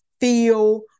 feel